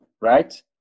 right